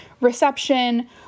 reception